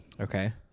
Okay